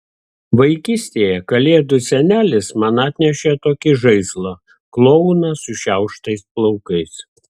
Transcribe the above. vaikystėje kalėdų senelis man atnešė tokį žaislą klouną sušiauštais plaukais